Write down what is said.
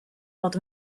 fod